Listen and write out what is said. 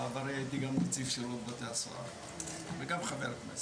בעברי הייתי גם נציב שירות בתי הסוהר וגם חבר כנסת.